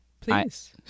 Please